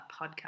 podcast